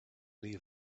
leave